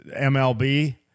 MLB